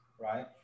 right